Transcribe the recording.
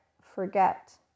forget